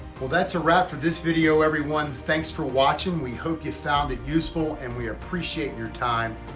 well that's a wrap for this video, everyone. thanks for watching. we hope you found it useful, and we appreciate your time.